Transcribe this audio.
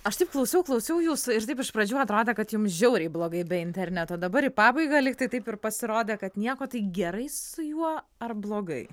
aš taip klausiau klausiau jūsų ir taip iš pradžių atrodė kad jum žiauriai blogai be interneto dabar į pabaigą lygtai taip ir pasirodė kad nieko tai gerai su juo ar blogai